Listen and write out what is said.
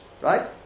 Right